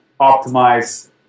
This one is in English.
optimize